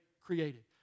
created